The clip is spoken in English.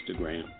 Instagram